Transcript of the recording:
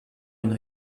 une